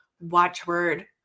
watchword